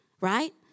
right